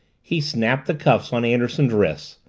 he snapped the cuffs on anderson's wrists,